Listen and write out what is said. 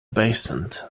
basement